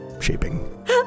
shaping